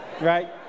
right